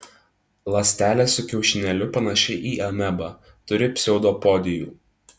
ląstelė su kiaušinėliu panaši į amebą turi pseudopodijų